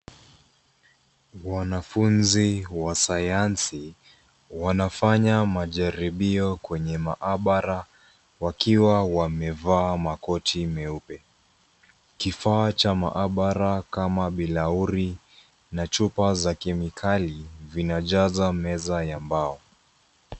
Wanafunzi wa sayansi, wanafanya majaribio kwenye maabara wakiwa wamevaa makoti meupe. Kifaa cha maabara kama bilauri na chupa za kemikali vinajaza meza ya mbao.